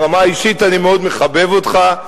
ברמה האישית אני מאוד מחבב אותך,